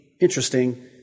interesting